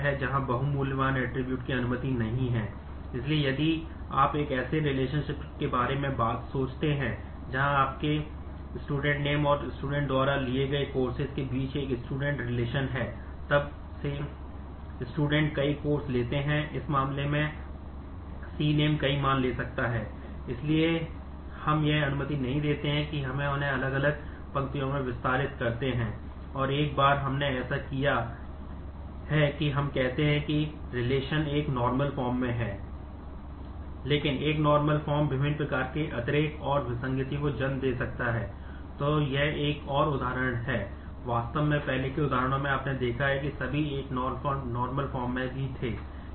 तो यहाँ एक और उदाहरण है जहाँ हम यह दर्शा रहे हैं